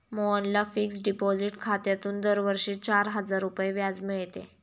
मोहनला fixed deposit खात्यातून दरवर्षी चार हजार रुपये व्याज मिळते